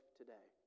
today